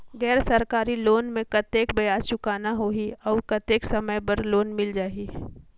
गैर सरकारी लोन मे कतेक ब्याज चुकाना होही और कतेक समय बर लोन मिल जाहि?